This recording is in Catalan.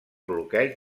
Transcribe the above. bloqueig